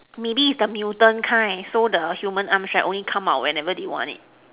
maybe if the mutant kind so the human arms right only come out whenever they want it